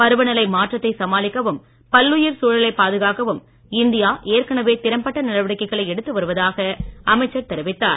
பருவநிலை மாற்றத்தை சமாளிக்கவும் பல்லுயிர் சூழலை பாதுகாக்கவும் இந்தியா ஏற்கனவே திறம்பட்ட நடவடிக்கைகளை எடுத்துவருவதாக அமைச்சர் தெரிவித்தார்